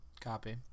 Copy